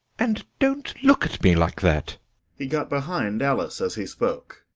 and don't look at me like that he got behind alice as he spoke.